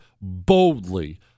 boldly